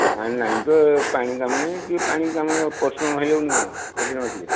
କାଇଁ ନାହିଁ ତ ପାଣି କାମ ନାହିଁ ଟିକେ ପାଣି କାମ ପରିଶ୍ରମ ହେଇଯାଉଛି କ'ଣ ମଝିରେ ମଝିରେ